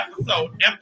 episode